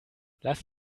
lass